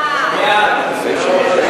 סעיפים 1